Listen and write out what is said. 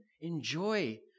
enjoy